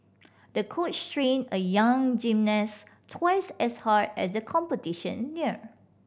the coach trained a young gymnast twice as hard as the competition neared